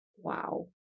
wow